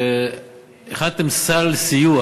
שהכנסתם סל סיוע